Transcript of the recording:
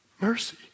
Mercy